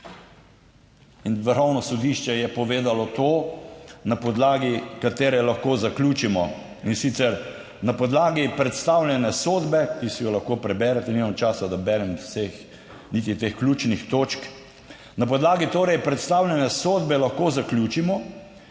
In Vrhovno sodišče je povedalo to, na podlagi katere lahko zaključimo, in sicer na podlagi predstavljene sodbe, ki si jo lahko preberete. nimam časa, da berem vseh, niti teh ključnih točk, na podlagi, torej predstavljene sodbe lahko zaključimo,